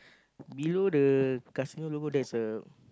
below the casino logo there is a